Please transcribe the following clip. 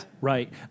Right